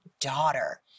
daughter